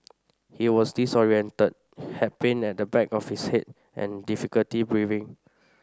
he was disorientated had pain at the back of his head and difficulty breathing